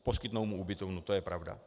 Poskytnou mu ubytovnu, to je pravda.